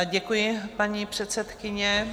Děkuji, paní předsedkyně.